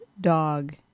dog